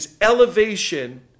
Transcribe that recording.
elevation